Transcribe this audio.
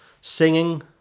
singing